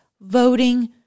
voting